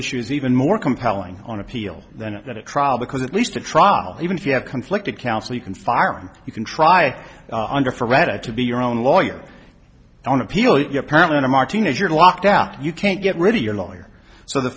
issues even more compelling on appeal than at a trial because at least a trial even if you have conflicted counsel you can farm you can try under for read it to be your own lawyer on appeal you apparently are martinez you're locked out you can't get rid of your lawyer so the